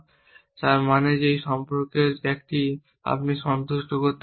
তার মানে হল যে এই সম্পর্কের একটি আপনি সন্তুষ্ট করতে পারবেন না